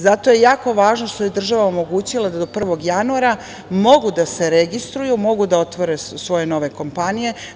Zato je jako važno što je država omogućila da do 1. januara mogu da se registruju, mogu da otvore svoje nove kompanije.